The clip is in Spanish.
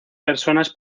personas